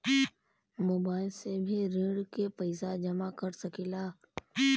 Mobile से भी ऋण के पैसा जमा कर सकी ला?